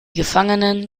gefangenen